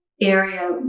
area